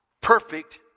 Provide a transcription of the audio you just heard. perfect